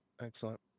Excellent